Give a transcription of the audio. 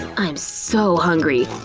i'm so hungry,